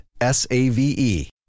S-A-V-E